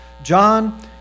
John